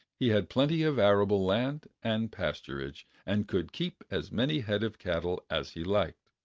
he had plenty of arable land and pasturage, and could keep as many head of cattle as he liked.